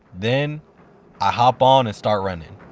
then i hop on and start running.